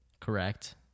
Correct